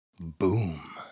boom